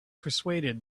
persuaded